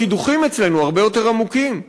הקידוחים אצלנו הרבה יותר עמוקים,